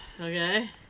Okay